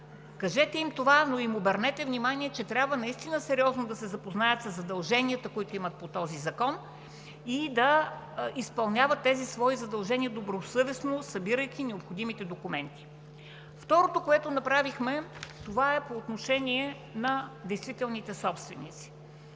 кажете им това, но им обърнете внимание, че трябва наистина сериозно да се запознаят със задълженията, които имат по този закон, и да изпълняват тези свои задължения добросъвестно, събирайки необходимите документи. Второто, което направихме, е по отношение на действителните собственици.